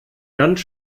ganz